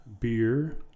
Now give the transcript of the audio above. beer